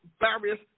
various